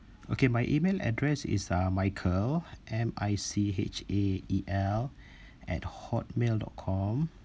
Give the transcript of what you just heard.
okay my email address is uh michael M I C H A E L at hotmail dot com